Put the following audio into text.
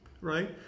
right